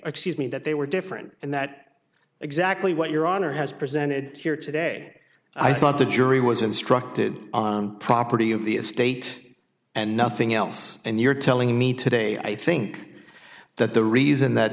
excuse me that they were different and that exactly what your honor has presented here today i thought the jury was instructed on property of the state and nothing else and you're telling me today i think that the reason that